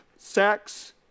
Sex